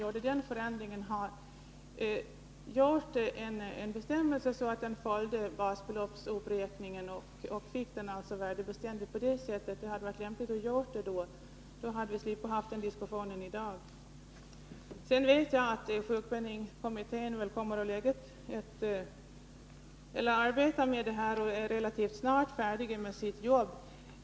— hade det varit lämpligt att utfärda en bestämmelse om basbeloppsuppräkningen, för att på det sättet uppnå värdebeständighet. Då hade vi sluppit den diskussionen i dag. Jag vet att sjukpenningkommittén har tagit upp dessa frågor och att man inom en relativt snar framtid är färdig med sitt arbete.